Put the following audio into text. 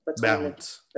balance